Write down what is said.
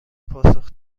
پاسخ